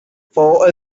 for